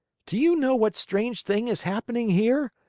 do you know what strange thing is happening here!